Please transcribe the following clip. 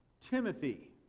Timothy